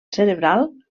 cerebral